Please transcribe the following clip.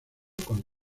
con